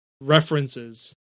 references